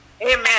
Amen